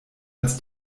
als